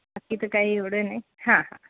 बाकी तर काही एवढं नाही हां हां